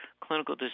clinical